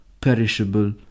perishable